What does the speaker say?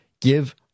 Give